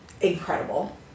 incredible